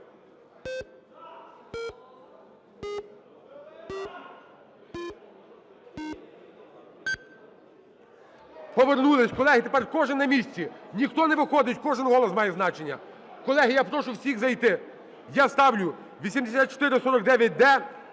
Повернулись, колеги. Тепер кожен на місці. Ніхто не виходить. Кожен голос має значення. Колеги, я прошу всіх зайти. Я ставлю 8449-д